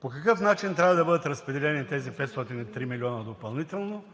По какъв начин трябва да бъдат разпределени тези 503 милиона допълнително,